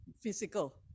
physical